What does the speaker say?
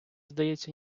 здається